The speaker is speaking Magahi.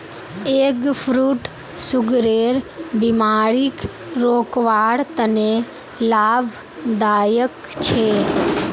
एग फ्रूट सुगरेर बिमारीक रोकवार तने लाभदायक छे